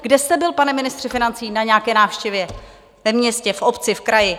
Kde jste byl, pane ministře financí, na nějaké návštěvě ve městě, v obci, v kraji?